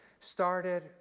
started